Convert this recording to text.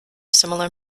similar